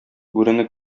бүрене